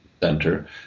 center